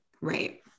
Right